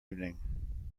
evening